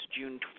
June